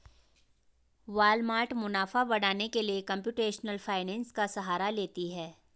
Walmart मुनाफा बढ़ाने के लिए कंप्यूटेशनल फाइनेंस का सहारा लेती है